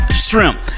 shrimp